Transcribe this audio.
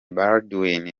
baldwin